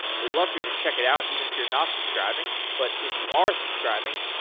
we'd love for you to check it out even if you're not subscribing, but if you are subscribing,